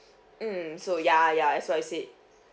mm so ya ya as what you said